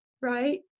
right